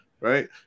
right